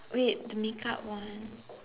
wait the make up one